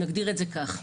נגדיר את זה ככה,